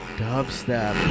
dubstep